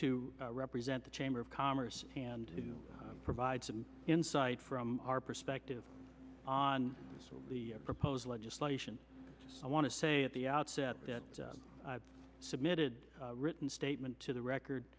to represent the chamber of commerce and to provide some insight from our perspective on the proposed legislation i want to say at the outset that submitted written statement to the record